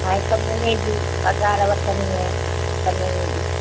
हा हिकु महीने जी पघारु वठंदी आहियां हिकु महीने जी